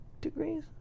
degrees